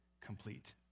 complete